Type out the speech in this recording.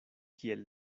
kiel